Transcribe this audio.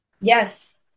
Yes